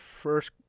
first